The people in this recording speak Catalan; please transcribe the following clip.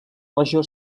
regió